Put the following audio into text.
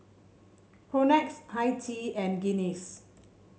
Propnex Hi Tea and Guinness